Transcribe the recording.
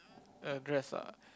address ah